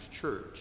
Church